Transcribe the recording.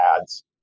ads